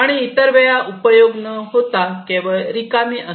आणि इतर वेळ उपयोग न होता केवळ रिकामे असते